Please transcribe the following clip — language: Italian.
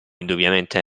indubbiamente